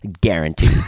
Guaranteed